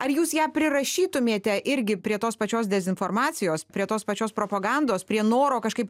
ar jūs ją prirašytumėte irgi prie tos pačios dezinformacijos prie tos pačios propagandos prie noro kažkaip